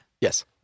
Yes